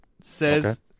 says